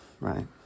right